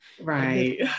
Right